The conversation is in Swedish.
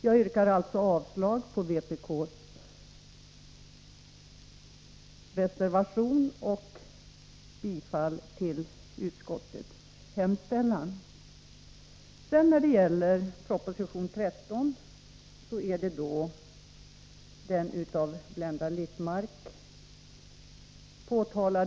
Jag yrkar alltså avslag på vpk:s reservation och bifall till utskottets hemställan. Sedan till betänkande 13, där den av Blenda Littmarck nämnda motionen behandlas.